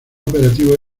operativo